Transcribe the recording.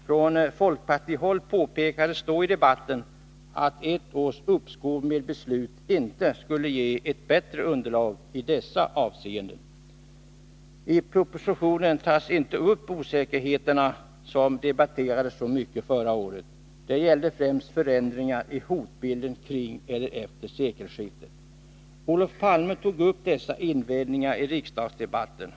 Från folkpartihåll påpekades i debatten att ett års uppskov med beslutet inte skulle ge ett bättre underlag i dessa avseenden. I propositionen tar man inte upp de osäkerheter som debatterades så mycket förra året. Det gäller främst förändringar i hotbilden, före och efter sekelskiftet. Olof Palme berörde dessa invändningar i riksdagsdebatten.